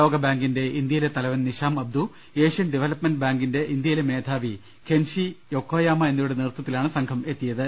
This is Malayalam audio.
ലോകബാ ങ്കിന്റെ ഇന്ത്യയിലെ തലവൻ Nisham Abdu Asian Development Bank ഇന്ത്യയിലെ മേധാവി ഖെൻഷി യൊക്കോയാമ എന്നിവരുടെ നേതൃത്വത്തിലാണ് സംഘം എത്തിയത്